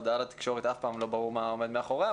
הודעה לתקשורת אף פעם לא ברור מה עומד מאחוריה.